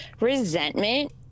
resentment